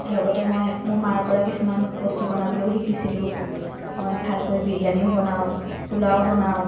লগতে মই মোৰ মাৰ পৰা কিছুমান বস্তু বনাবলৈও শিকিছিলোঁ মই ভালকৈ বিৰিয়ানীও বনাওঁ পোলাও বনাওঁ